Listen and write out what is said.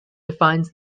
defines